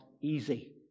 easy